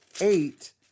eight